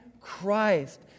Christ